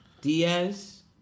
Diaz